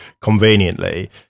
Conveniently